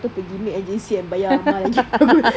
pergi maid agency and bayar amah lagi bagus